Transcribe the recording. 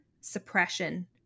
suppression